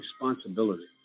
responsibility